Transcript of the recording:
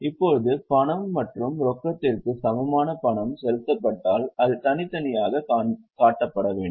இப்போது பணம் மற்றும் ரொக்கத்திற்கு சமமான பணம் செலுத்தப்பட்டால் அது தனித்தனியாக காட்டப்பட வேண்டும்